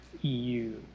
EU